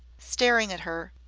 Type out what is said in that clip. staring at her,